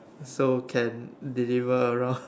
so can deliver around